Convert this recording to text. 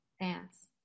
Dance